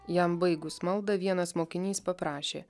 jam baigus maldą vienas mokinys paprašė